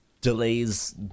delays